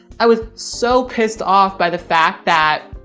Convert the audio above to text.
i was so pissed off by the fact that